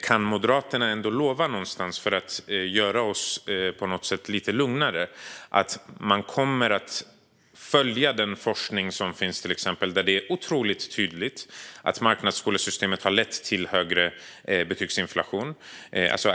Kan Moderaterna ändå lova, för att göra oss lite lugnare, att de kommer att följa den forskning som finns där det är otroligt tydligt att marknadsskolesystemet har lett till högre betygsinflation?